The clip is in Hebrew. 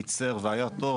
קיצר והיה טוב,